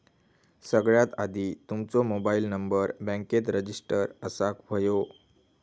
सगळ्यात आधी तुमचो मोबाईल नंबर बॅन्केत रजिस्टर असाक व्हयो